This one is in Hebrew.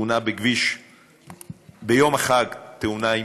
ביום אחד תאונה עם